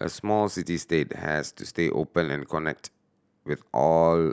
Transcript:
a small city state has to stay open and connect with all